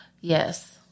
Yes